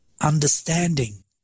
understanding